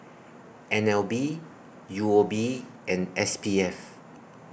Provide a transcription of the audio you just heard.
N L B U O B and S P F